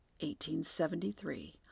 1873